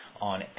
on